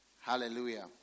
Hallelujah